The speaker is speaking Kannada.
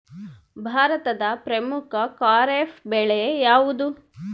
ಭಾರತದ ಪ್ರಮುಖ ಖಾರೇಫ್ ಬೆಳೆ ಯಾವುದು?